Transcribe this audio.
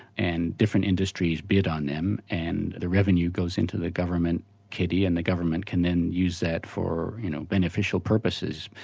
and different industries bid on them and the revenue goes into the government kitty and the government can then use that for you know beneficial purposes,